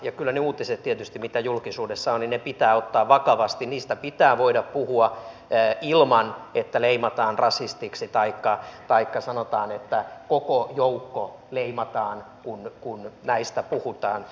kyllä ne uutiset tietysti mitä julkisuudessa on pitää ottaa vakavasti niistä pitää voida puhua ilman että leimataan rasistiksi taikka sanotaan että koko joukko leimataan kun näistä puhutaan